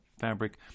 fabric